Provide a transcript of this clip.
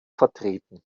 vertreten